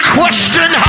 question